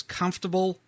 comfortable